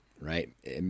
right